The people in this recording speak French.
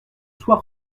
sois